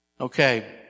Okay